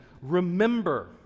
remember